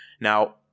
Now